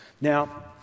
Now